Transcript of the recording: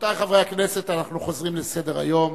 רבותי חברי הכנסת, אנחנו חוזרים לסדר-היום.